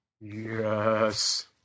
Yes